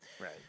Right